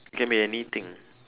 it can be anything